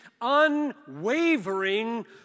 unwavering